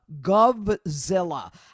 Govzilla